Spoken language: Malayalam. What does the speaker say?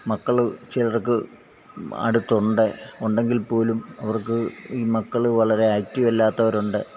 മക്കള് ചിലർക്ക് അടുത്തുണ്ട് ഉണ്ടെങ്കിൽപ്പോലും അവർക്ക് ഈ മക്കള് വളരെ ആക്റ്റീവ് അല്ലാത്തവരുണ്ട്